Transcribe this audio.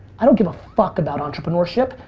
i don't give a fuck about entrepreneurship.